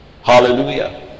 Hallelujah